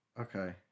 okay